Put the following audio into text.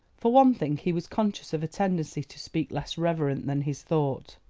for one thing, he was conscious of a tendency to speech less reverent than his thought.